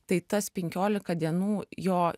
tai tas penkiolika dienų jo